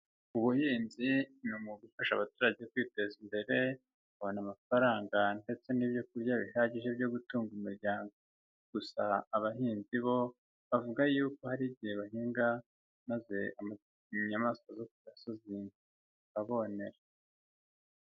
Ubuhinzi ni umwaga ufasha abaturage kwiteza imbere, bakabona amafaranga ndetse n'ibyo kurya bihagije byo gutunga umuryango, gusa abahinzi bo bavuga yuko hari igihe bahinga maze inyamaswa zo ku gasozi zikabonera.